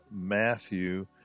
Matthew